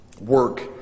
work